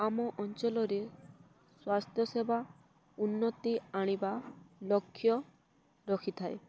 ଆମ ଅଞ୍ଚଲରେ ସ୍ୱାସ୍ଥ୍ୟ ସେେବା ଉନ୍ନତି ଆଣିବା ଲକ୍ଷ୍ୟ ରଖିଥାଏ